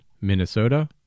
minnesota